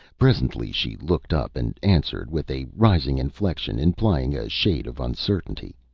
presently she looked up and answered, with a rising inflection implying a shade of uncertainty,